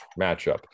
matchup